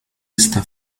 está